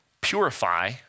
purify